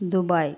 Dubai